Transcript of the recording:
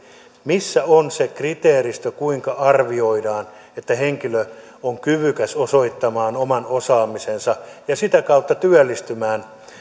missä on se kriteeristö kuinka arvioidaan että henkilö on kyvykäs osoittamaan oman osaamisensa ja sitä kautta työllistymään